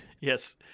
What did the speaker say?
Yes